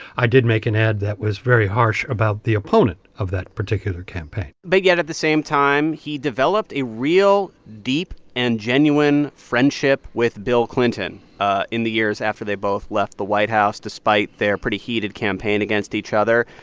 i did make an ad that was very harsh about the opponent of that particular campaign but yet at the same time, he developed a real, deep and genuine friendship with bill clinton ah in the years after they both left the white house, despite their pretty heated campaign against each other.